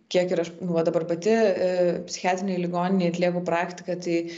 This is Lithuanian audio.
kiek ir aš va dabar pati psichiatrinėj ligoninėj atlieku praktiką tai